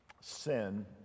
Sin